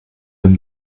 den